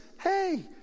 hey